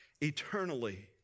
eternally